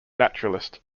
naturalist